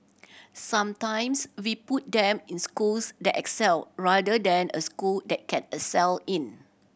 sometimes we put them in schools that excel rather than a school that can excel in